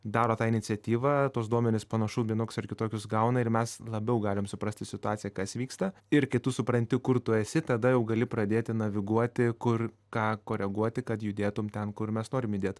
daro tą iniciatyvą tuos duomenis panašu vienokius ar kitokius gauna ir mes labiau galim suprasti situaciją kas vyksta ir kai tu supranti kur tu esi tada jau gali pradėti naviguoti kur ką koreguoti kad judėtum ten kur mes norim judėt